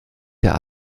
der